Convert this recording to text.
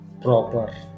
proper